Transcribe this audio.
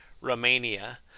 Romania